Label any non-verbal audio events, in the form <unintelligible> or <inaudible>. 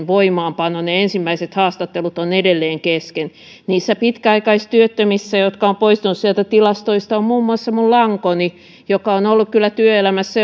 <unintelligible> voimaanpanon ensimmäiset haastattelut ovat edelleen kesken niissä pitkäaikaistyöttömissä jotka ovat poistuneet sieltä tilastoista on muun muassa minun lankoni joka on ollut kyllä työelämässä <unintelligible>